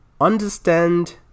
understand